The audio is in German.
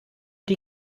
die